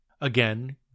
Again